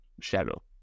shadow